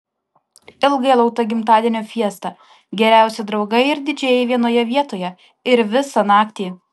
ilgai laukta gimtadienio fiesta geriausi draugai ir didžėjai vienoje vietoje ir visą naktį